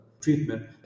treatment